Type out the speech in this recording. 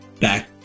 Back